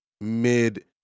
mid